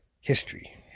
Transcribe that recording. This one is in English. history